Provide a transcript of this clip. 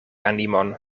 animon